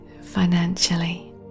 financially